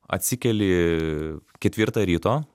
atsikeli ketvirtą ryto